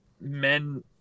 men